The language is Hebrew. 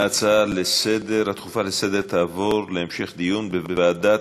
ההצעה להעביר את הנושא לוועדת